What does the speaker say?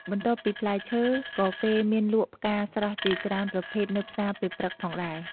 បន្ទាប់ពីផ្លែឈើ ក៏គេមានលក់ផ្កាស្រស់ជាច្រើនប្រភេទនៅផ្សារពេលព្រឹកផងដែរ។